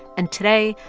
and today,